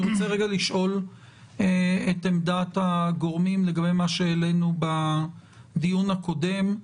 אני רוצה לשאול את עמדת הגורמים לגבי מה שהעלינו בדיון הקודם,